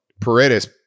Paredes